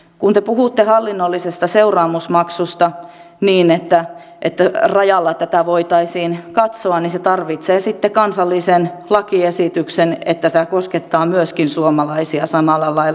kun te puhutte hallinnollisesta seuraamusmaksusta niin että rajalla tätä voitaisiin katsoa niin se tarvitsee sitten kansallisen lakiesityksen että tämä koskettaa myöskin suomalaisia samalla lailla